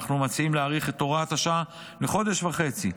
אנחנו מציעים להאריך את הוראת השעה לחודש וחצי,